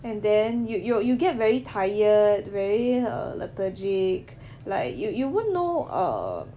and then you you you get very tired very err lethargic like you you won't know err